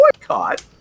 boycott